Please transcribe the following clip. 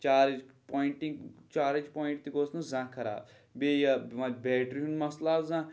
charge pointing charge point تہِ گوژھ نہٕ زانٛہہ خراب بیٚیہِ یہِ وۄنۍ بیٹِرٛی ہُنٛد مَسلہٕ آو زانٛہہ